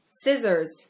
Scissors